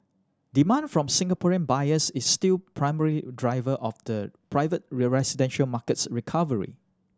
demand from Singaporean buyers is still primary driver of the private residential market's recovery